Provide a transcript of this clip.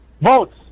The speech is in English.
Votes